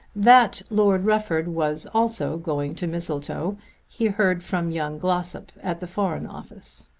that lord rufford was also going to mistletoe he heard from young glossop at the foreign office.